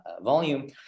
volume